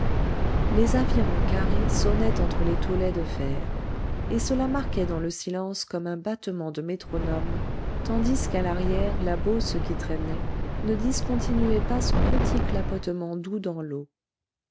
les avirons carrés sonnaient entre les tolets de fer et cela marquait dans le silence comme un battement de métronome tandis qu'à l'arrière la bauce qui traînait ne discontinuait pas son petit clapotement doux dans l'eau